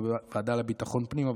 בוועדה לביטחון פנים.